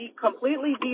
completely